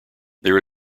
there